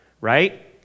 right